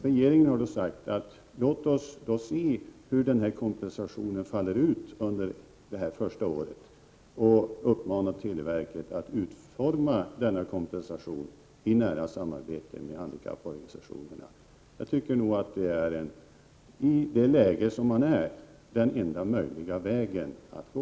Regeringen har då sagt: Låt oss se hur denna kompensation faller ut under det första året, och uppmanat televerket att utforma denna i nära samarbete med handikapporganisationerna. Jag tycker nog att det, i det läge som råder, är den enda möjliga vägen att gå.